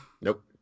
Nope